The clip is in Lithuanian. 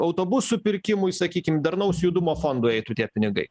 autobusų pirkimui sakykim darnaus judumo fondui eitų tie pinigai